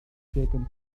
shaken